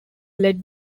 led